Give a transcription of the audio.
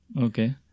Okay